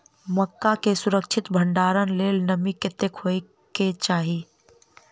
मक्का केँ सुरक्षित भण्डारण लेल नमी कतेक होइ कऽ चाहि?